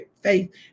faith